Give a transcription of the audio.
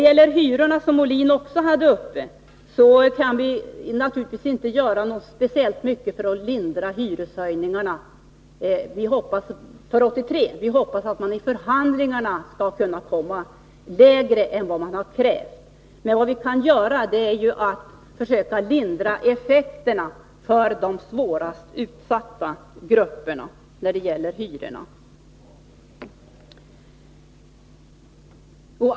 Björn Molin tog också upp hyrorna, och vi kan naturligtvis inte göra speciellt mycket för att lindra hyreshöjningarna för 1983. Vi hoppas att man i förhandlingarna skall kunna enas om lägre hyror än hyresvärdarna krävt. Men vad vi kan göra är att försöka lindra effekten av hyreshöjningarna för de mest utsatta grupperna.